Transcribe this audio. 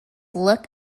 look